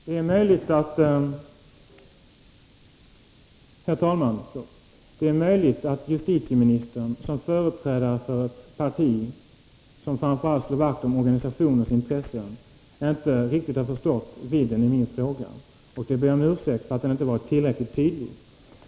Herr talman! Det är möjligt att justitieministern som företrädare för ett parti som framför allt slår vakt om organisationernas intressen inte riktigt förstått vidden av min fråga, och jag ber om ursäkt för att jag inte varit tillräckligt tydlig.